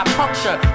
puncture